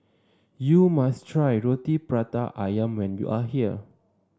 you must try Roti Prata ayam when you are here